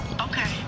Okay